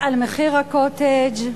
על מחיר ה"קוטג'"